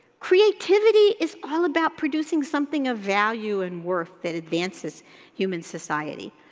creativity is all about producing something of value and worth that advances human society.